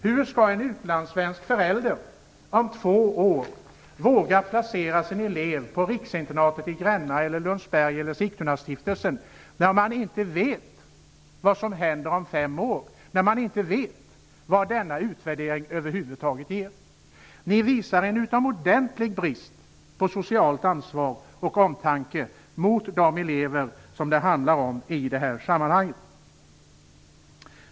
Hur skall en utlandssvensk förälder om två år våga placera sin elev på riksinternatet i Gränna eller i Lundsberg eller på Sigtunastiftelsen när man inte vet vad som händer om fem år eller vad denna utvärdering över huvud taget ger? Ni visar en utomordentlig brist på socialt ansvar för, och omtanke om, de elever det här handlar om.